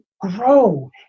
grow